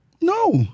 No